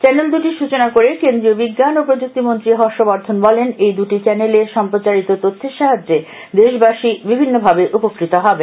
channel দুটির সূচনা করে কেন্দ্রীয় বিজ্ঞান ও প্রযুক্তি মন্ত্রী হর্ষবর্ধন বলেন এই দুটি চ্যানেলে সম্প্রচারিত তথ্যের সাহায্যে দেশবাসী বিভিন্নভাবে উপকৃত হবেন